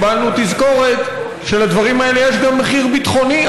היום קיבלנו תזכורת שלדברים האלה יש גם מחיר ביטחוני,